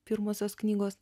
pirmosios knygos